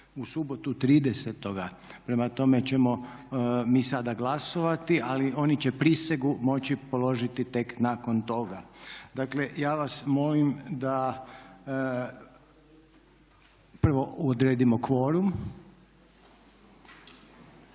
u subotu 30.-ga. Prema tome ćemo mi sada glasovati ali oni će prisegu moći položiti tek nakon toga. Dakle ja vas molim da prvo odredimo kvorum.